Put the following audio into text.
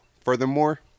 Furthermore